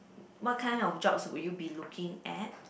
what kind of jobs will you be looking at